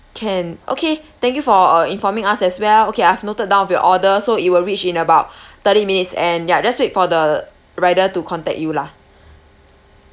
can okay thank you for uh informing us as well okay I've noted down of your order so it will reach in about thirty minutes and ya just wait for the rider to contact you lah